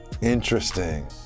Interesting